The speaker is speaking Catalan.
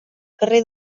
carrer